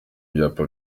ibyapa